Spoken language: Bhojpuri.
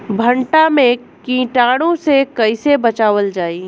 भनटा मे कीटाणु से कईसे बचावल जाई?